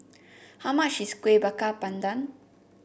how much is Kueh Bakar Pandan